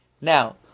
Now